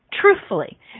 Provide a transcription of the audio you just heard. Truthfully